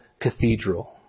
cathedral